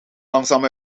langzaam